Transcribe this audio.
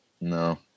No